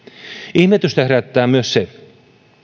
ihmetystä herättää myös se